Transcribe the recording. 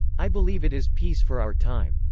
i believe it is peace for our time.